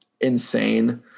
insane